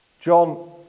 John